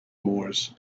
moors